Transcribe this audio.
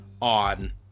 on